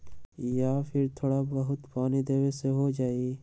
या फिर थोड़ा बहुत पानी देबे से हो जाइ?